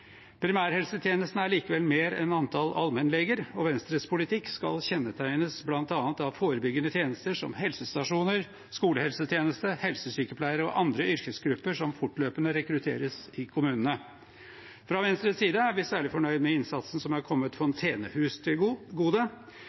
Primærhelsetjenesten er likevel mer enn antall allmennleger, og Venstres politikk skal kjennetegnes bl.a. av forebyggende tjenester som helsestasjoner, skolehelsetjeneste, helsesykepleiere og andre yrkesgrupper som fortløpende rekrutteres i kommunene. Fra Venstres side er vi særlig fornøyd med innsatsen som har kommet Fontenehuset til gode.